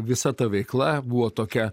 visa ta veikla buvo tokia